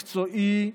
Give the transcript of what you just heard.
מקצועי,